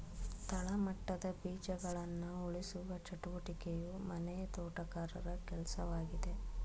ತಳಮಟ್ಟದ ಬೀಜಗಳನ್ನ ಉಳಿಸುವ ಚಟುವಟಿಕೆಯು ಮನೆ ತೋಟಗಾರರ ಕೆಲ್ಸವಾಗಿದೆ